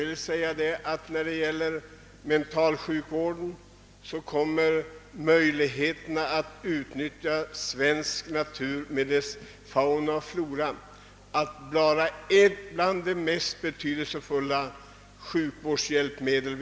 När det gäller mentalsjukvården kommer möjligheten att utnyttja svensk natur med dess fauna och flora att höra till de viktigaste sjukvårdshjälpmedlen.